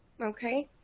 Okay